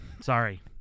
Sorry